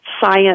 science